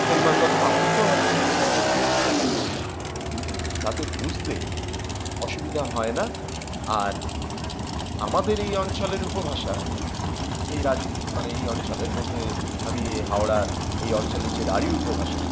পরিমাণগত পার্থক্য হয়তো এখানে থাকে কিছুটা কিন্তু তাতে বুঝতে অসুবিধা হয় না আর আমাদের এই অঞ্চলের উপভাষা এই মানে এই অঞ্চলের বলতে আমি হাওড়ার এই অঞ্চলের যে রড়ি উপভাষা